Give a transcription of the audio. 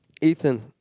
Ethan